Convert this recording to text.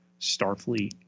Starfleet